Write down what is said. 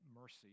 mercy